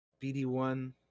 BD1